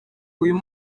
uyu